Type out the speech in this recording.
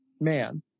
Man